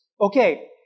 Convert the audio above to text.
Okay